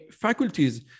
faculties